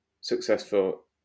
successful